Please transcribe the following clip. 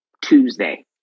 Tuesday